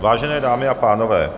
Vážené dámy a pánové,